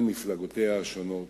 על מפלגותיה השונות,